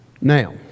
Now